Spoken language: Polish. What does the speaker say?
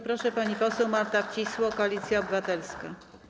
Bardzo proszę, pani poseł Marta Wcisło, Koalicja Obywatelska.